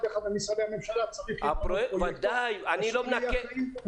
גם בכל אחד ממשרדי הממשלה צריך להיות מי שיהיה אחראי.